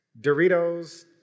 Doritos